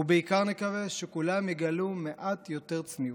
ובעיקר נקווה שכולם יגלו מעט יותר צניעות.